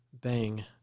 bang